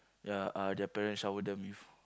ya uh their parents shower them with